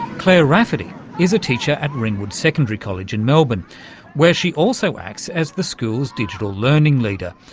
clare rafferty is a teacher at ringwood secondary college in melbourne where she also acts as the school's digital learning leader,